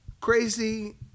Crazy